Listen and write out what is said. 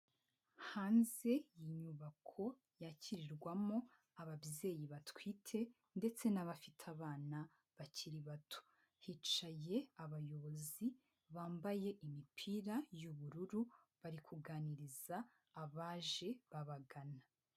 Hanze y'inyubako yakirirwamo ababyeyi batwite ndetse n'abafite abana bakiri bato. Hicaye abayobozi bambaye imipira y'ubururu, bari kuganiriza abaje babagana.